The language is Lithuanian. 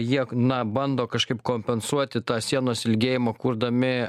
jie na bando kažkaip kompensuoti tą sienos ilgėjimą kurdami